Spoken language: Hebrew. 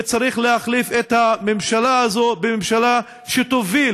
וצריך להחליף את הממשלה הזאת בממשלה שתוביל